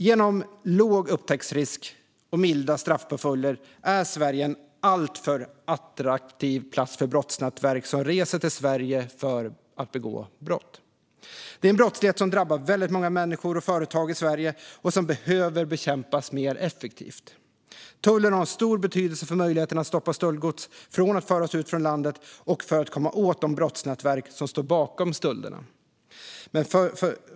Genom låg upptäcktsrisk och milda straffpåföljder är Sverige en alltför attraktiv plats för brottsnätverk som reser till Sverige för att begå brott. Det är en brottslighet som drabbar väldigt många människor och företag i Sverige och som behöver bekämpas mer effektivt. Tullen har stor betydelse för möjligheten att stoppa stöldgods från att föras ut från landet och för att komma åt de brottsnätverk som står bakom stölderna.